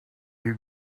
you